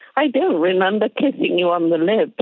i don't remember kissing you on the lips,